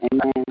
Amen